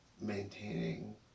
maintaining